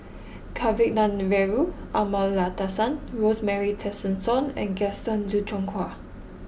Kavignareru Amallathasan Rosemary Tessensohn and Gaston Dutronquoy